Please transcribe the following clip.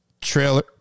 trailer